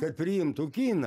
kad priimtų kiną